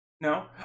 No